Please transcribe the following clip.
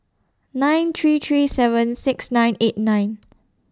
nine three three seven six nine eight nine